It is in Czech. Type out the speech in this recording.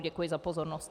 Děkuji za pozornost.